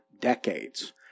decades